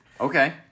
Okay